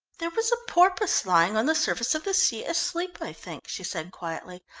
there was a porpoise lying on the surface of the sea, asleep, i think, she said quietly.